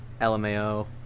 LMAO